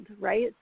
right